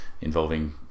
involving